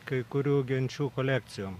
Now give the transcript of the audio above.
kai kurių genčių kolekcijom